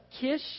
Kish